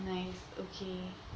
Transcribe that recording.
nice okay